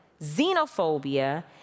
xenophobia